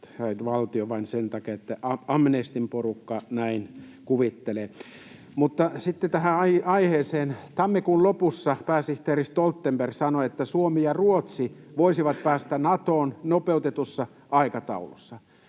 vain sen takia, että Amnestyn porukka näin kuvittelee. Sitten tähän aiheeseen: Tammikuun lopussa pääsihteeri Stoltenberg sanoi, että Suomi ja Ruotsi voisivat päästä Natoon nopeutetussa aikataulussa.